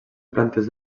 plantes